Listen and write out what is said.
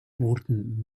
wurden